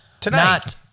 Tonight